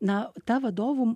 na ta vadovų